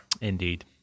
Indeed